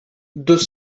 deux